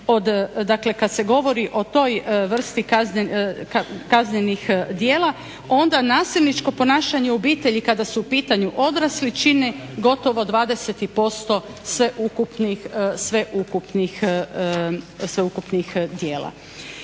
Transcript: je kad se govori o toj vrsti kaznenih djela onda nasilničko ponašanje u obitelji kada su u pitanju odrasli čine gotovo 20% sveukupnih djela.